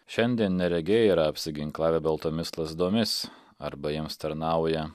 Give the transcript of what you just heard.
šiandien neregiai yra apsiginklavę baltomis lazdomis arba jiems tarnauja